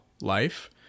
life